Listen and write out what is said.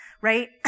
right